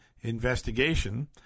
investigation